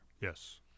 Yes